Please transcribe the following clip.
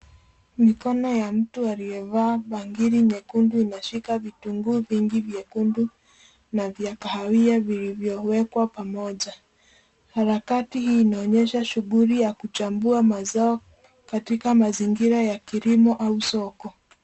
Mikono ya mtu aliyevaa bangili nyekundu inashika vitunguu vingi vyekundu na vya kahawia vilivyowekwa pamoja. harakati hii inaonyesha shuguli ya kuchambua mazao katika mazingira ya kilimo au soko.